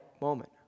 moment